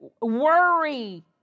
worry